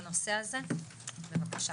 בבקשה.